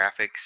graphics